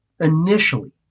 initially